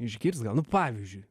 išgirst gal nu pavyzdžiui